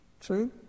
True